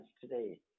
today